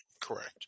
Correct